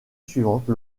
suivante